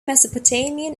mesopotamian